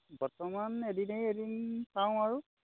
বৰ্তমান এদিনে এদিন চাওঁ আৰু